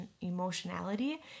emotionality